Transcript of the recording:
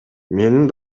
менин